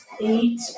Eight